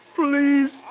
please